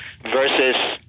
versus